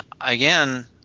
again